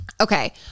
okay